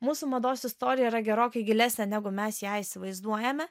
mūsų mados istorija yra gerokai gilesnė negu mes ją įsivaizduojame